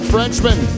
Frenchman